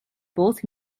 both